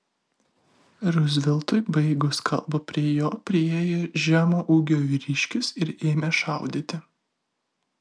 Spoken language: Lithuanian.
ruzveltui baigus kalbą prie jo priėjo žemo ūgio vyriškis ir ėmė šaudyti